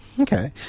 Okay